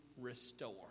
restore